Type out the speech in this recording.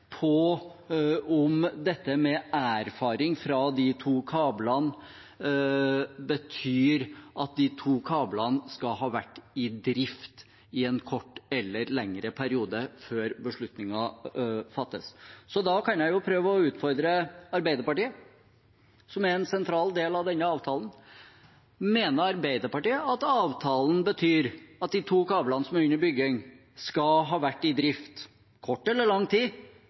på om dette med erfaring fra de to kablene betyr at de skal ha vært i drift i en kort eller lengre periode før beslutningen fattes. Så da kan jeg prøve å utfordre Arbeiderpartiet, som er en sentral del av denne avtalen: Mener Arbeiderpartiet at avtalen betyr at de to kablene som er under bygging, skal ha vært i drift – i kort eller lang tid